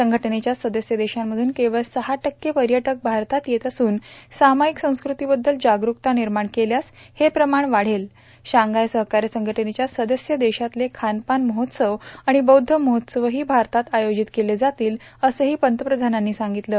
संघटनेच्या सदस्य देशांमधून केवळ सहा टक्के पर्यटक भारतात येत असून सामायिक संस्कृतीबद्दल जागरूकता निर्माण केल्यास हे प्रमाण वाढेल शांघाय सहकार्य संघटनेच्या सदस्य देशांतले खानपान महोत्सव आणि बौद्ध महोत्सवही भारतात आयोजित केले जातील असंही पंतप्रधानांनी सांगितलं